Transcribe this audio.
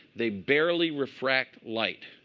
they barely refract light.